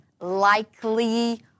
likely